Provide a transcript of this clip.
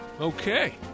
okay